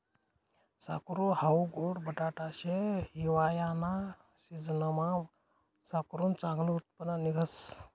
साकरू हाऊ गोड बटाटा शे, हिवायाना सिजनमा साकरुनं चांगलं उत्पन्न निंघस